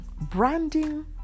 Branding